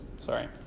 Sorry